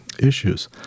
issues